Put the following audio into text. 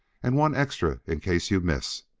and one extra in case you miss.